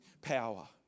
power